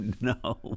no